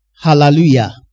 Hallelujah